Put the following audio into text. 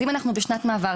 אז אם אנחנו בשנת מעבר,